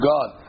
God